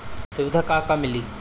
सुविधा का का मिली?